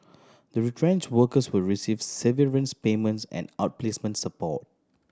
the retrenched workers will receive severance payments and outplacement support